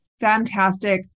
fantastic